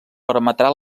permetrà